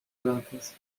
bronces